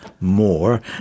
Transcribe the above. more